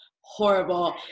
horrible